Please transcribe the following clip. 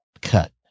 cut